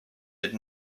did